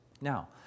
Now